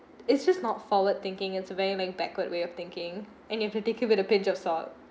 it's just not forward thinking it's a very very backward way of thinking and you with the pinch of salt